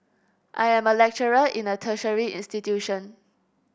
I am a lecturer in a tertiary institution